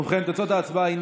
ובכן, תוצאות ההצבעה הן